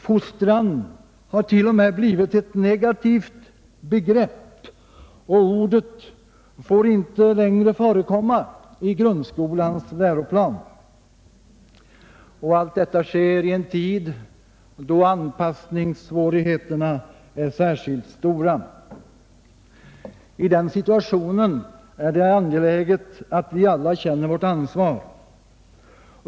Fostran har t.o.m. blivit ett negativt begrepp; det ordet får inte längre förekomma i grundskolans läroplan. Allt detta sker i en tid då anpassningssvårigheterna är särskilt stora. I den situationen är det angeläget att vi alla känner vårt ansvar.